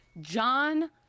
John